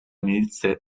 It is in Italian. milizia